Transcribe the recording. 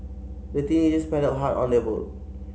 the teenagers paddled hard on their boat